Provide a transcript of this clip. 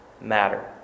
matter